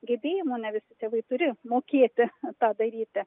gebėjimų ne visi tėvai turi mokėti tą daryti